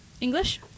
English